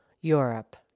Europe